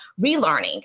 relearning